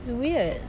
it's weird